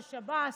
של שב"ס,